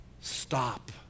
stop